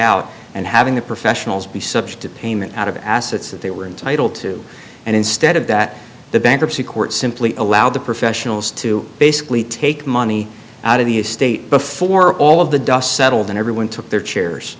out and having the professionals be subject to payment out of the assets that they were entitled to and instead of that the bankruptcy court simply allowed the professionals to basically take money out of the estate before all of the dust settled and everyone took their chairs